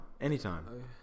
anytime